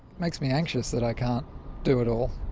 makes me anxious that i can't do it all.